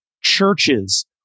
churches